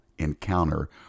encounter